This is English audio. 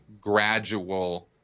gradual